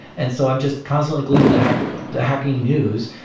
and so i'm just constantly glued to the hacking the hacking news.